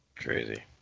crazy